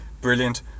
brilliant